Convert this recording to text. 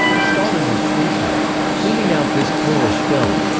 stalin was pleased at cleaning out this polish filth.